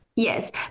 Yes